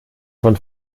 von